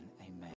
Amen